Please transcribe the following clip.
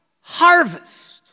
Harvest